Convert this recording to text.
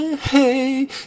Hey